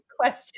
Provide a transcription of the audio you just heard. question